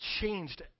changed